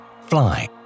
Fly